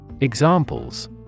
Examples